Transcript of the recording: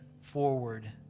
forward